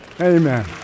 Amen